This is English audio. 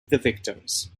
victims